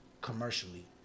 commercially